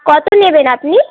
কত নেবেন আপনি